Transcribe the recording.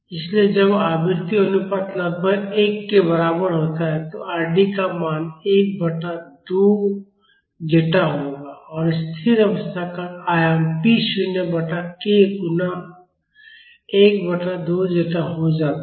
इसलिए जब आवृत्ति अनुपात लगभग एक के बराबर होता है तो Rd का मान 1 बटा 2 जेटा होगा और स्थिर अवस्था का आयाम p शून्य बटा k गुणा 1 बटा 2 जेटा हो जाता है